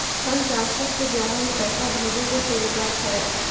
Fund transfer के द्वारा भी पैसा भेजै के सुविधा छै?